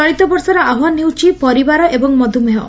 ଚଳିତବର୍ଷର ଆହ୍ୱାନ ହେଉଛି 'ପରିବାର ଏବଂ ମଧୁମେହ'